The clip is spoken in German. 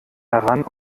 heran